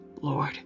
Lord